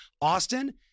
Austin